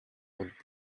would